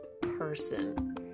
person